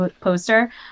poster